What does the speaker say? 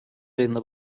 ayında